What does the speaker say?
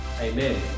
Amen